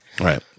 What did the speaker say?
Right